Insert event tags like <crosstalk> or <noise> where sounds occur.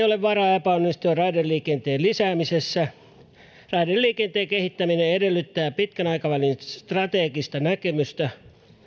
<unintelligible> ole varaa epäonnistua raideliikenteen lisäämisessä raideliikenteen kehittäminen edellyttää pitkän aikavälin strategista näkemystä